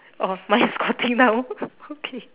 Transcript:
oh mine is squatting down okay